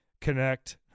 connect